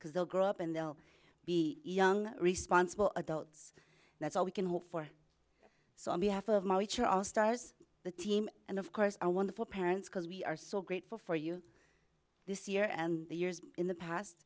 because they'll grow up and they'll be young responsible adults that's all we can hope for so on behalf of all stars the team and of course our wonderful parents because we are so grateful for you this year and the years in the past